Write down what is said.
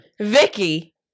Vicky